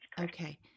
Okay